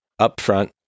upfront